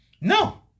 No